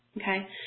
okay